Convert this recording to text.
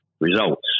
results